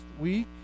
week